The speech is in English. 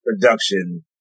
production